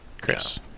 Chris